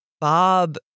Bob